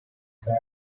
after